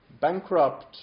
bankrupt